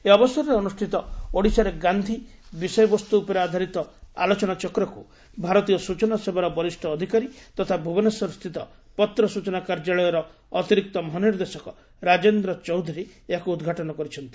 ଏ ଅବସରରେ ଅନୁଷ୍ଚିତ 'ଓଡ଼ିଶାରେ ଗାକ୍ଷୀ' ବିଷୟବସ୍ଠ ଉପରେ ଆଧାରିତ ଆଲୋଚନାଚକ୍ରକୁ ଭାରତୀୟ ସୂଚନା ସେବାର ବରିଷ୍ ଅଧିକାରୀ ତଥା ଭୁବନେଶ୍ୱରସ୍ଥିତ ପତ୍ର ସୂଚନା କାର୍ଯ୍ୟାଳୟର ଅତିରିକ୍ତ ମହାନିର୍ଦ୍ଦେଶକ ରାଜେନ୍ଦ୍ର ଚୌଧୁରୀ ଏହାକୁ ଉଦ୍ଘାଟନ କରିଛନ୍ତି